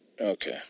Okay